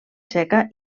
txeca